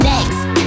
Next